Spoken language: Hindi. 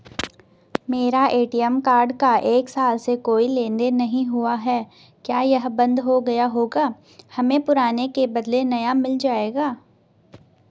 मेरा ए.टी.एम कार्ड का एक साल से कोई लेन देन नहीं हुआ है क्या यह बन्द हो गया होगा हमें पुराने के बदलें नया मिल जाएगा?